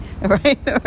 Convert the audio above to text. right